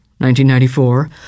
1994